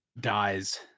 dies